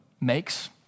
makes